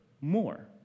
more